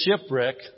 shipwreck